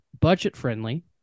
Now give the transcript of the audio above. budget-friendly